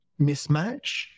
mismatch